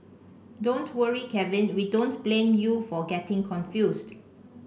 don't worry Kevin we don't blame you for getting confused